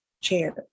chair